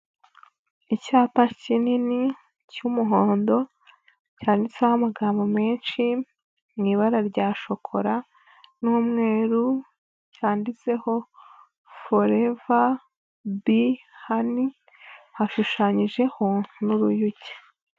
Icyapa kinini cy'umuhondo cyanditseho amagambo menshi mu ibara rya shokora n'umweru, cyanditseho forever bee honey hashushanyijeho n'uruyuki.